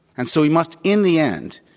and so we must, in the end,